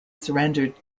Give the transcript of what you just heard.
surrendered